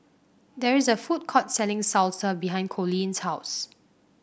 there is a food court selling Salsa behind Coleen's house